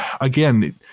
again